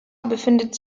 befindet